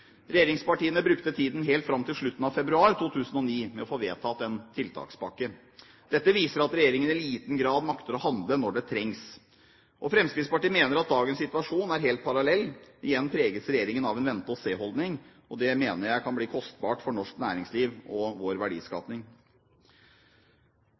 Regjeringspartiene brukte tiden helt fram til slutten av februar 2009 på å få vedtatt en tiltakspakke. Dette viser at regjeringen i liten grad makter å handle når det trengs. Og Fremskrittspartiet mener dagens situasjon er helt parallell. Igjen preges regjeringen av en vente-og-se-holdning. Det mener jeg kan bli kostbart for norsk næringsliv og vår